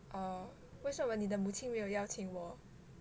oh 为什么你的母亲没有邀请我